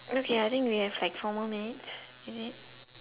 okay I think we have like four more minutes is it